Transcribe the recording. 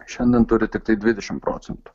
šiandien turi tiktai dvidešimt procentų